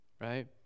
right